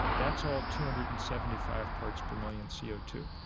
that's all two hundred and seventy five parts per million c o two.